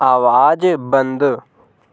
आवाज़ बंद